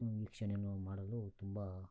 ವೀಕ್ಷಣೆಯನ್ನು ಮಾಡಲು ತುಂಬ